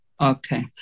Okay